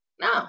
no